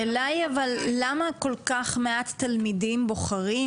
למה היא למה כל כך מעט תלמידים בוחרים,